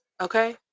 Okay